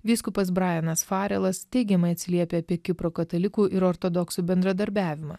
vyskupas braenas farelas teigiamai atsiliepia apie kipro katalikų ir ortodoksų bendradarbiavimą